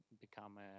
become